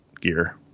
gear